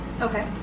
Okay